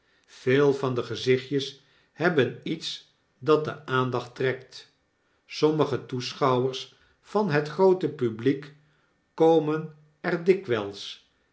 veel van de gezichtjes hebben iets dat de aandacht trekt sommige toeschouwers van het groote publiek komen er dikwyls